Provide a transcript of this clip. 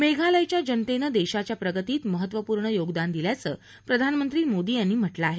मेघालयच्या जनतेनं देशाच्या प्रगतीत महत्वपूर्ण योगदान दिल्याचं प्रधानमंत्री मोदी यांनी म्हटलं आहे